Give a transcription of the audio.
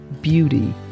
beauty